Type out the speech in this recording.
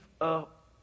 up